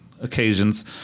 occasions